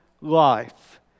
life